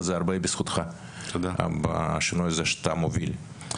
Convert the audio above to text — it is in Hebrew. וזה הרבה בזכותך, השינוי הזה שאתה מוביל.